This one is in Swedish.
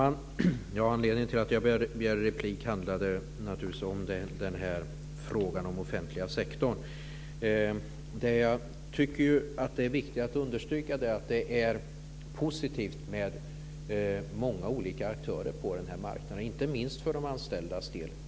Herr talman! Anledningen till att jag begärde replik är frågan om den offentliga sektorn. Jag tycker att det är viktigt att understryka att det är positivt med många olika aktörer på den här marknaden, inte minst för de anställdas del.